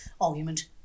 argument